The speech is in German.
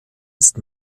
ist